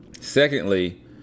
Secondly